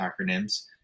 acronyms